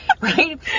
right